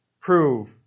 prove